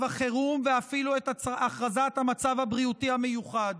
החירום ואפילו את הכרזת המצב הבריאותי המיוחד.